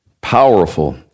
Powerful